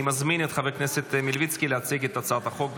אני מזמין את חבר הכנסת מלביצקי להציג את הצעת החוק.